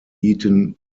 eaten